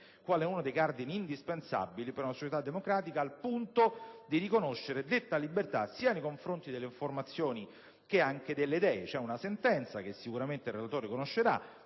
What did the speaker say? come uno dei cardini indispensabili per una società democratica al punto di riconoscere detta libertà sia nei confronti delle informazioni che anche delle idee. Nella sentenza Lopez Gomes da Silva contro